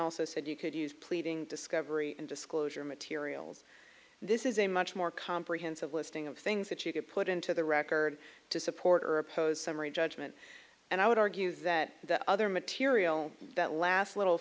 also said you could use pleading discovery and disclosure materials this is a much more comprehensive listing of things that you could put into the record to support or oppose summary judgment and i would argue that the other material that last little